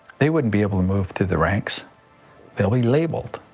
they wouldn't be able to move through the ranks they'll be labeled